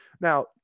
Now